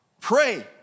Pray